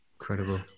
incredible